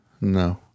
No